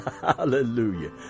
Hallelujah